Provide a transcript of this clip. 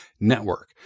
network